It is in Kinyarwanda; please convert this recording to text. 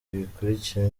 bikurikira